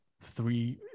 three